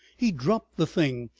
he dropped the thing,